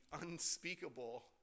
unspeakable